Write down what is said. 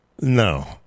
No